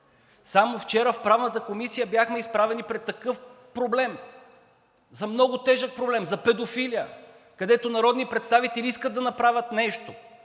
Само вчера в Правната комисия бяхме изправени пред такъв много тежък проблем – за педофилията, където народни представители искат да направят нещо